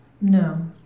No